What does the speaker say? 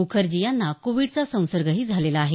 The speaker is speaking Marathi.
मुखर्जी यांना कोविडचा संसर्गही झालेला आहे